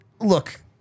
Look